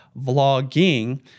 vlogging